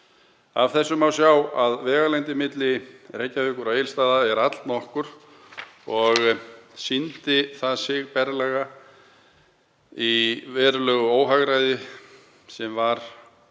Af þessu má sjá að vegalengdin milli Reykjavíkur og Egilsstaða er allnokkur og sýndi það sig berlega að verulegt óhagræði var